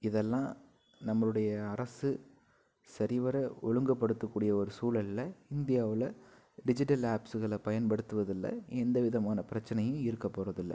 இதெல்லாம் நம்பளுடைய அரசு சரிவர ஒழுங்குபடுத்த கூடிய ஒரு சூழலில் இந்தியாவில் டிஜிட்டல் ஆப்ஸுகளை பயன்படுத்துவதில் எந்த விதமான பிரச்சினையும் இருக்கப் போறதுல்லை